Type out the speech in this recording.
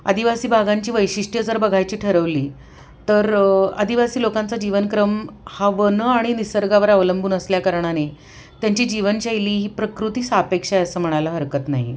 आदिवासी भागांची वैशिष्ट्यं जर बघायची ठरवली तर आदिवासी लोकांचा जीवनक्रम हा वन आणि निसर्गावर अवलंबून असल्याकारणाने त्यांची जीवनशैली ही प्रकृती सापेक्ष आहे असं म्हणायला हरकत नाही